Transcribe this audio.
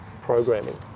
programming